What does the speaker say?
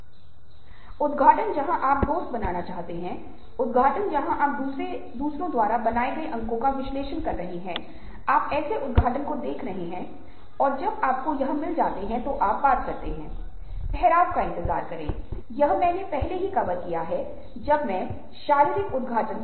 दूसरों की सेवा करने और अध्ययन करने से पता चलता है कि यदि आप बिना किसी स्वार्थ के दूसरों की सेवा करते हैं यदि आप किसी विशेष रुचि या स्वार्थ की प्रेरणा के बिना दूसरों की मदद करते हैं तो आप अधिक खुश महसूस करते हैं अब यह वैज्ञानिक खोज है